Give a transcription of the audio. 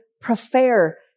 prefer